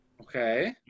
Okay